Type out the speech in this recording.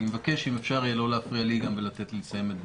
אני מבקש אם אפשר יהיה גם לא להפריע לי ולתת לי לסיים את דבריי.